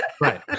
right